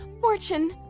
Fortune